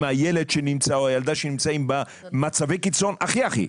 הילד שנמצא או הילדה שנמצאים במצבי קיצון הכי הכי,